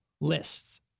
lists